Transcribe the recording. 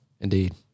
indeed